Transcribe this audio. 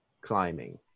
climbing